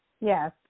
yes